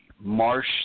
marsh